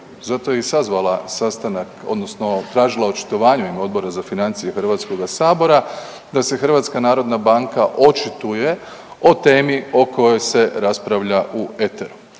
zato je i sazvala sastanak odnosno tražila očitovanje u ime Odbora za financije HS-a da se HNB očituje o temi o kojoj se raspravlja u eteru.